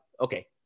Okay